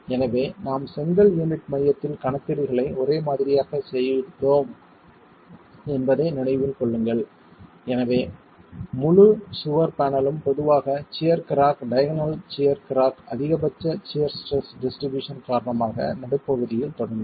எனவே நாம் செங்கல் யூனிட் மையத்தில் கணக்கீடுகளை ஒரே மாதிரியாகச் செய்தோம் என்பதை நினைவில் கொள்ளுங்கள் எனவே முழு சுவர் பேனலும் பொதுவாக shear crack diagonal shear crack அதிகபட்ச சியர் ஸ்ட்ரெஸ் டிஸ்ட்ரிபியூஷன் காரணமாக நடுப்பகுதியில் தொடங்கும்